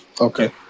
Okay